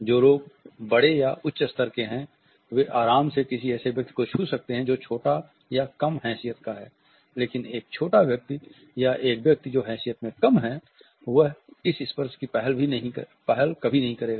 जो लोग बड़े या उच्च स्तर के हैं वे आराम से किसी ऐसे व्यक्ति को छू सकते हैं जो छोटा है या कम हैसियत का है लेकिन एक छोटा व्यक्ति या एक व्यक्ति जो हैसियत में कम है वह इस स्पर्श की पहल कभी नहीं करेगा